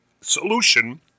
solution